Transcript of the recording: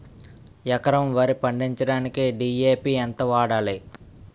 ఎకరం వరి పండించటానికి డి.ఎ.పి ఎంత వాడాలి?